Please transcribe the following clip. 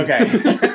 Okay